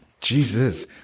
Jesus